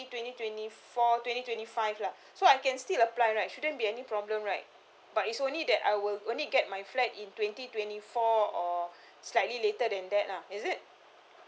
twenty twenty four twenty twenty five lah so I can still apply right shouldn't be any problem right but it's only that I would only get my flat in twenty twenty four or slightly later than that lah is it